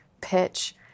pitch